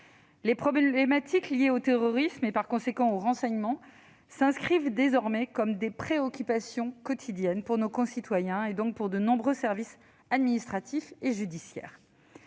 Les problématiques liées au terrorisme et, par conséquent, au renseignement, s'inscrivent désormais comme des préoccupations quotidiennes pour nos concitoyens, donc pour de nombreux services administratifs et judiciaires.